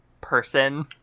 person